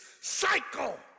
cycle